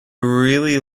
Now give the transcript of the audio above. really